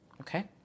Okay